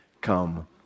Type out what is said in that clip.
Come